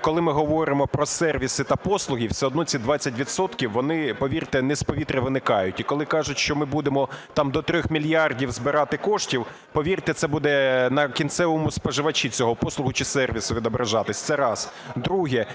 коли ми говоримо про сервіси та послуги, все одно ці 20 відсотків вони, повірте, не з повітря виникають. І коли кажуть, що ми будемо там до 3 мільярдів збирати коштів, повірте, це буде на кінцевому споживачі цієї послуги чи сервісу відображатися. Це раз. Друге.